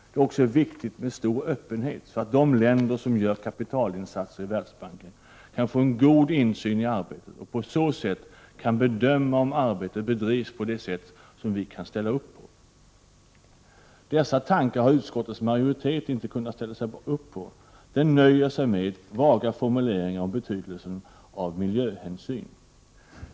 Det är också viktigt med stor öppenhet, så att de länder som gör kapitalinsatser i Världsbanken kan få en god insyn i arbetet och på så sätt kan bedöma om arbetet bedrivs på ett sätt som vi kan ställa oss bakom. Dessa tankar har utskottets majoritet inte kunnat ställa sig bakom. Utskottsmajoriteten nöjer sig med vaga formuleringar om betydelsen av miljöhänsyn.